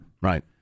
Right